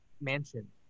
mansion